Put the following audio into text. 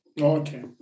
Okay